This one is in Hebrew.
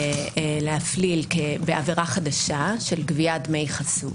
להפליל בעבירה חדשה של גביית דמי חסות.